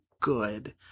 good